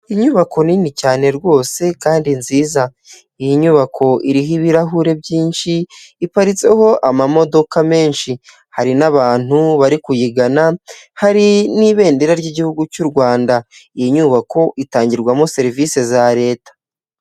Inyubako nini cyane rwose kandi nziza. Iyi nyubako iriho ibirahure byinshi iparitseho amamodoka menshi, hari n'abantu bari kuyigana hari n'ibendera ry'igihugu cyu'u Rwanda. Iyi nyubako itangirwamo serivisi za leta.